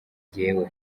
njyewe